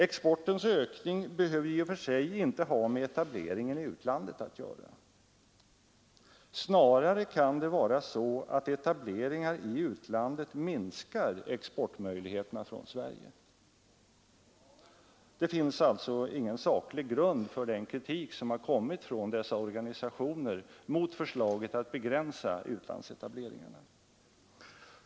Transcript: Exportens ökning behöver inte i och för sig ha med etableringen i utlandet att göra. Snarare kan det vara så, att etableringar i utlandet minskar möjligheterna att exportera från Sverige. Det finns alltså ingen saklig grund för den kritik som framställts från dessa organisationer mot förslaget att begränsa utlandsetableringarna.